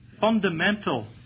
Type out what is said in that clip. fundamental